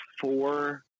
four